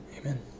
amen